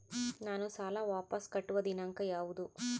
ನಾನು ಸಾಲ ವಾಪಸ್ ಕಟ್ಟುವ ದಿನಾಂಕ ಯಾವುದು?